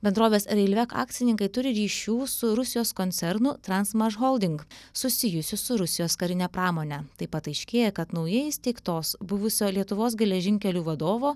bendrovės reilvek akcininkai turi ryšių su rusijos koncernu transmašholding susijusius su rusijos karine pramone taip pat aiškėja kad naujai įsteigtos buvusio lietuvos geležinkelių vadovo